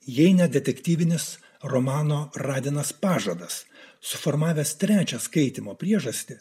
jei ne detektyvinis romano radinas pažadas suformavęs trečią skaitymo priežastį